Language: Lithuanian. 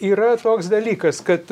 yra toks dalykas kad